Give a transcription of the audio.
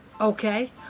okay